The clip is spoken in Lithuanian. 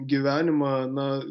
gyvenimą na